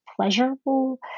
pleasurable